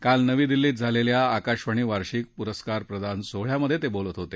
काल नवी दिल्लीत झालेल्या आकाशवाणी वार्षिक प्रस्कार प्रदान सोहळ्यात ते बोलत होते